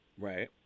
Right